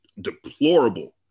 Deplorable